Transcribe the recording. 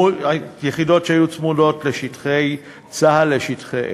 יחידות שהיו צמודות לשטחי צה"ל, לשטחי-אש.